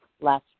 last